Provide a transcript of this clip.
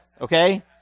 Okay